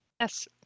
Yes